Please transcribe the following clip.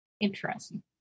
Interesting